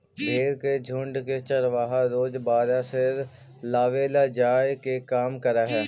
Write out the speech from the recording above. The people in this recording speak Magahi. भेंड़ के झुण्ड के चरवाहा रोज बाड़ा से लावेले जाए के काम करऽ हइ